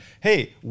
Hey